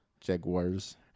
Jaguars